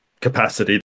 capacity